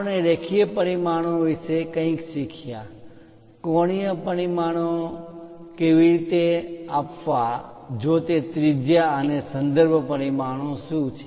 આપણે રેખીય પરિમાણો વિશે કંઇક શીખ્યા કોણીય પરિમાણો કેવી રીતે આપવા જો તે ત્રિજ્યા છે અને સંદર્ભ પરિમાણો શું છે